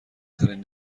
ترین